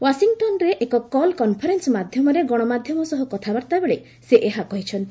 ୱାଶିଂଟନ୍ଠାରେ ଏକ call conference ମାଧ୍ୟମରେ ଗଣମାଧ୍ୟମ ସହ କଥାବାର୍ତ୍ତା ବେଳେ ସେ ଏହା କହିଛନ୍ତି